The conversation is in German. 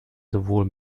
sowohl